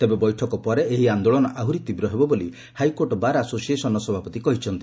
ତେବେ ବୈଠକ ପରେ ଏହି ଆନ୍ଦୋଳନ ଆହୁରି ତୀବ୍ର ହେବ ବୋଲି ହାଇକୋର୍ଟ ବାର ଆସୋସିଏସନର ସଭାପତି କହିଛନ୍ତି